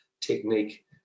technique